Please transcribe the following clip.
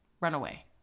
runaway